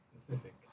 specific